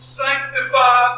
sanctify